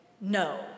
no